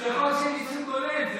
זה חוק של ייצוג הולם,